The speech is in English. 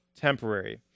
temporary